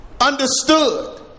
Understood